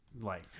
life